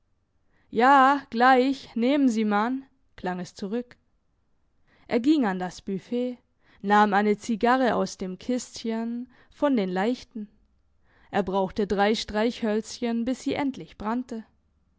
ja gleich nehmen sie man klang es zurück er ging an das büffet nahm eine zigarre aus dem kistchen von den leichten er brauchte drei streichhölzchen bis sie endlich brannte